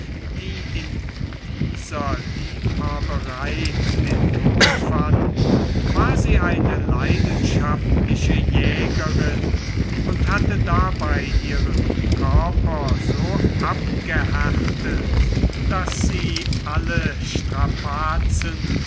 die in dieser liebhaberei den tod fand war sie eine leidenschaftliche jägerin und hatte dabei ihren körper so abgehärtet daß sie alle strapazen